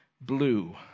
blue